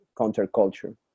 counterculture